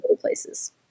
places